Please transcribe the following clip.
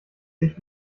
sich